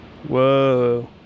Whoa